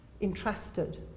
Entrusted